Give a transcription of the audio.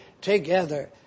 together